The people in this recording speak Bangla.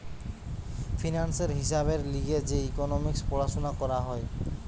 ফিন্যান্সের হিসাবের লিগে যে ইকোনোমিক্স পড়াশুনা করা হয়